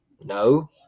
No